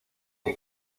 que